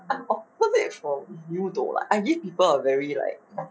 I'm opposite from you though I give people a very like